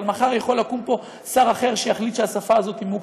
אבל מחר יכול לקום פה שר אחר שיחליט שהשפה הזאת היא מוקצה,